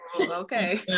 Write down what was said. Okay